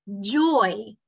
joy